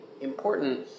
important